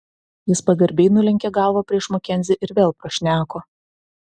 jis pagarbiai nulenkė galvą prieš makenzį ir vėl prašneko